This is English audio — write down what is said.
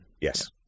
Yes